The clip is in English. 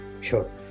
Sure